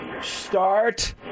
start